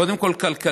קודם כול כלכלית,